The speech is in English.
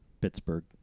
Pittsburgh